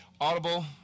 Audible